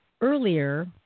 earlier